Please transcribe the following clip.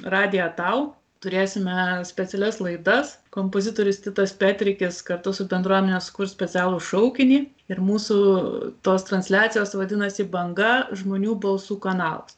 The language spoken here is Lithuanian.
radiją tau turėsime specialias laidas kompozitorius titas petrikis kartu su bendruomene sukurs specialų šaukinį ir mūsų tos transliacijos vadinasi banga žmonių balsų kanalas